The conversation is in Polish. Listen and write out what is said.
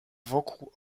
wokół